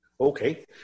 Okay